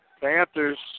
Panthers